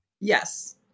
Yes